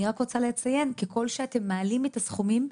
אני רק אציין שככול שאתם מעלים את הסכומים,